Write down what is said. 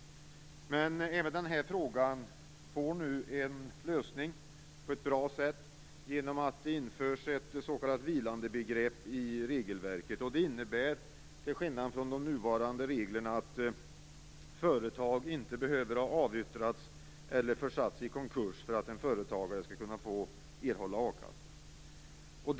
Men även den frågan får nu en lösning på ett bra sätt genom att det införs ett s.k. vilandebegrepp i regelverket. Det innebär till skillnad från de nuvarande reglerna att företag inte behöver ha avyttrats eller försatts i konkurs för att en företagare skall erhålla a-kassa.